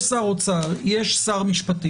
יש את שר האוצר ויש את שר המשפטים.